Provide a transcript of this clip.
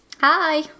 Hi